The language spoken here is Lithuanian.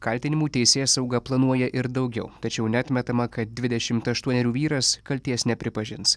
kaltinimų teisėsauga planuoja ir daugiau tačiau neatmetama kad dvidešim aštuonerių vyras kaltės nepripažins